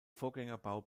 vorgängerbau